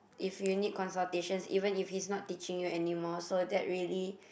if you need consultations even if he's not teaching you anymore so that really